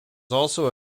also